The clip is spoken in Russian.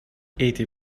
эти